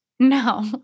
No